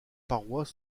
parois